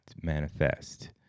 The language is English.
manifest